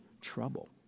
trouble